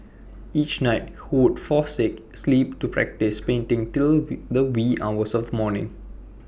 each night he would forsake sleep to practise painting till the wee hours of the morning